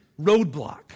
roadblock